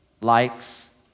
likes